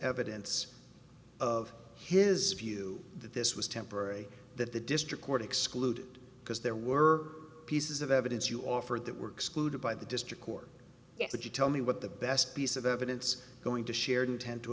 evidence of his view that this was temporary that the district court excluded because there were pieces of evidence you offered that work screwed by the district court would you tell me what the best piece of evidence going to shared had to